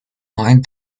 mind